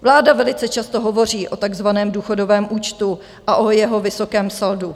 Vláda velice často hovoří o takzvaném důchodovém účtu a o jeho vysokém saldu.